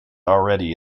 already